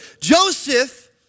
Joseph